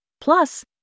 plus